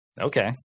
Okay